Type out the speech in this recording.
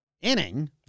inning